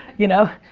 you know.